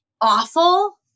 awful